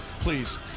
please